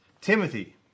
Timothy